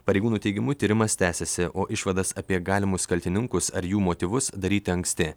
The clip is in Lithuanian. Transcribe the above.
pareigūnų teigimu tyrimas tęsiasi o išvadas apie galimus kaltininkus ar jų motyvus daryti anksti